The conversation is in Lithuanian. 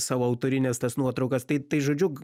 savo autorines tas nuotraukas tai tai žodžiu